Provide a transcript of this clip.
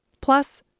Plus